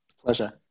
Pleasure